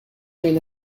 during